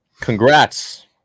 Congrats